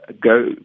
go